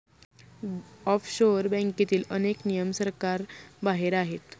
offshore बँकेतील अनेक नियम सरकारबाहेर आहेत